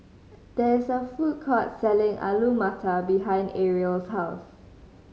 there is a food court selling Alu Matar behind Arielle's house